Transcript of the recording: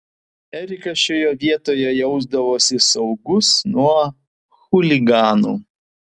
erikas šioje vietoje jausdavosi saugus nuo chuliganų